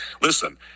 listen